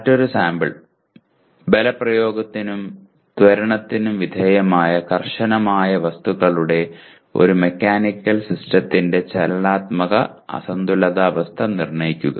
മറ്റൊരു സാമ്പിൾ ബലപ്രയോഗത്തിനും ത്വരണത്തിനും വിധേയമായ കർശനമായ വസ്തുക്കളുടെ ഒരു മെക്കാനിക്കൽ സിസ്റ്റത്തിന്റെ ചലനാത്മക അസന്തുലിതാവസ്ഥ നിർണ്ണയിക്കുക